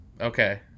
Okay